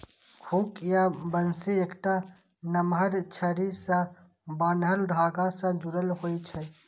hook या बंसी एकटा नमहर छड़ी सं बान्हल धागा सं जुड़ल होइ छै